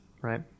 right